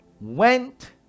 went